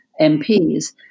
MPs